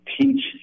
teach